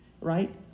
right